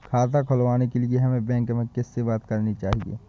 खाता खुलवाने के लिए हमें बैंक में किससे बात करनी चाहिए?